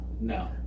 No